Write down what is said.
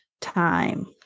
time